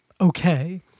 okay